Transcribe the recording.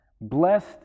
blessed